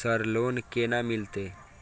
Sir loan केना मिलते?